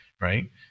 Right